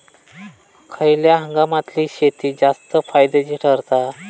खयल्या हंगामातली शेती जास्त फायद्याची ठरता?